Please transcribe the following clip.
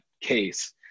case